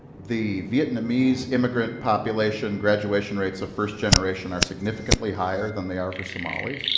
the vietnamese immigrant population graduation rates of first-generation are significantly higher than they are for somali.